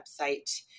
website